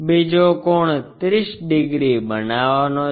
બીજો કોણ 30 ડિગ્રી બનાવવાનો છે